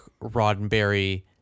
Roddenberry